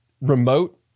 remote